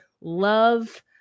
love